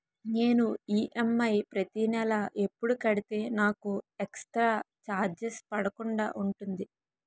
నేను ఈ.ఎం.ఐ ప్రతి నెల ఎపుడు కడితే నాకు ఎక్స్ స్త్ర చార్జెస్ పడకుండా ఉంటుంది?